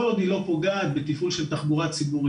כל עוד היא לא פוגעת בתפעול של תחבורה ציבורית.